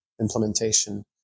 implementation